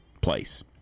place